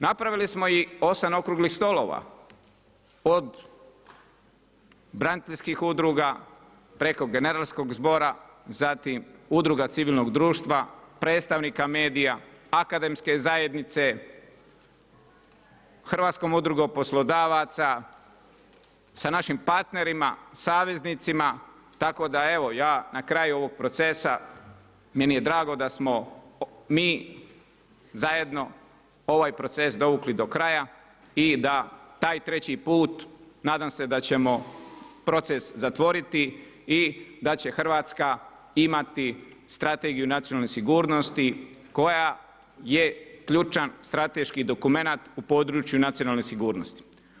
Napravili smo i 8 okruglih stolova, od braniteljskih udruga, preko generalskog zbora zatim Udruga civilnog društva, predstavnika medija, akademske zajednice, Hrvatskom udrugom poslodavaca, sa našim partnerima, saveznicima tako da evo ja na kraju ovog procesa meni je drago da smo mi zajedno ovaj proces dovukli do kraja i da taj treći put nadam se da ćemo proces zatvoriti i da će Hrvatska imati Strategiju nacionalne sigurnosti koja je ključan strateški dokumenat u području nacionalne sigurnosti.